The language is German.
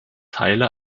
teile